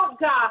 God